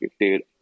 dude